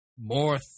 More